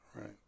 right